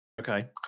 Okay